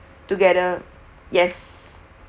together yes